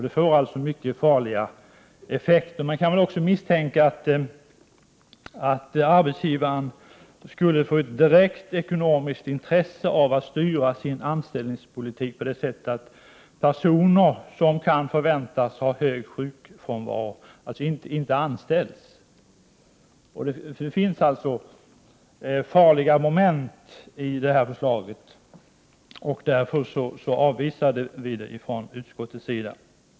Det får således mycket farliga effekter. Man kan också misstänka att arbetsgivaren skulle få ett direkt ekonomiskt intresse att styra sin anställningspolitik på så sätt att personer som kan förväntas ha hög sjukfrånvaro inte anställs. Det finns således farliga moment i detta förslag. Vi avvisar det därför ifrån utskottets sida.